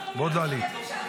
ועוד לא עלית.